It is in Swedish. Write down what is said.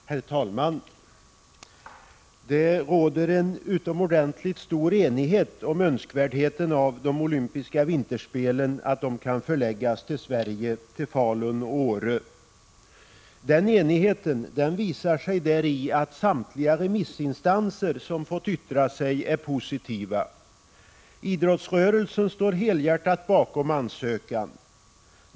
Herr talman! Det råder en utomordentligt stor enighet om önskvärdheten av att de olympiska vinterspelen 1992 kan förläggas till Sverige, till Falun och Den enigheten visar sig däri att samtliga remissinstanser som har fått yttra sig är positiva. Idrottsrörelsen står helhjärtat bakom ansökan.